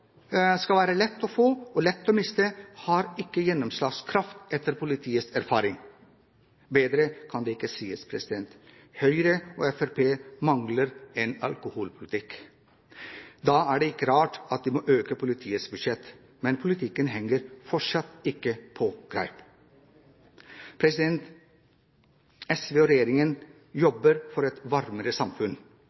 skal være «lett å få og lett å miste» har ikke gjennomslagskraft etter politiets erfaring. Bedre kan det ikke sies. Høyre og Fremskrittspartiet mangler en alkoholpolitikk. Da er det ikke rart at de må øke politiets budsjett. Men politikken henger fortsatt ikke på grep. SV og regjeringen jobber for et varmere samfunn